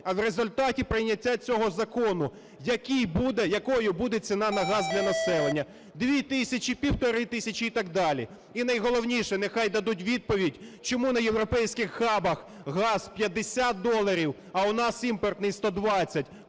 а в результаті прийняття цього закону, якою буде ціна газ для населення – 2 тисяч, 1,5 тисячі і так далі? І, найголовніше, нехай дадуть відповідь, чому на європейських хабах газ 50 доларів, а у нас імпортний 120.